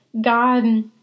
God